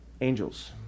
Angels